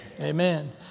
Amen